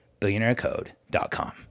BillionaireCode.com